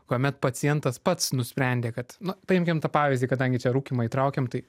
kuomet pacientas pats nusprendė kad nu paimkim tą pavyzdį kadangi čia rūkymą įtraukiam tai